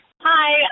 Hi